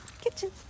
kitchen